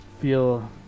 feel